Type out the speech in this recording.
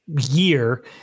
year